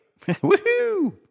Woohoo